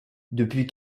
depuis